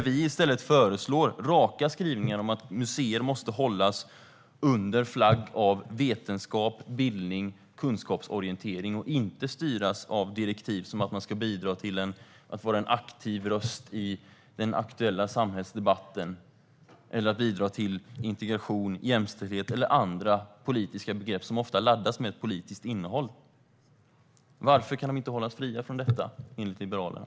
Vi föreslår i stället raka skrivningar om att museer måste hållas under flagg av vetenskap, bildning och kunskapsorientering och inte styras av direktiv som att man ska bidra till att vara en aktiv röst i den aktuella samhällsdebatten eller bidra till integration, jämställdhet eller andra politiska begrepp som ofta laddas med ett politiskt innehåll. Varför kan de inte hållas fria från detta enligt Liberalerna?